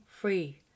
free